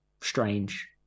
strange